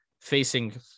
facing